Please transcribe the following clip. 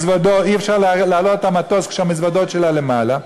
להעלות את המטוס כשמזוודות שלה למעלה,